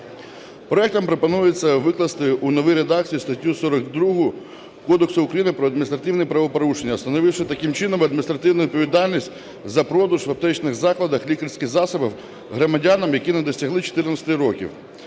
Проектом пропонується викласти у новій редакції статтю 42 Кодексу України про адміністративні правопорушення, встановивши таким чином адміністративну відповідальність за продаж в аптечних закладах лікарських засобів громадянам, які не досягли 14 років.